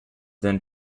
then